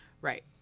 Right